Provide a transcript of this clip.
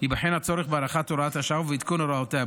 ייבחן הצורך בהארכת הוראת השעה ובעדכון הוראותיה.